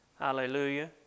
Hallelujah